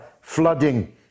flooding